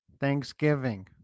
Thanksgiving